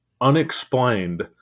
unexplained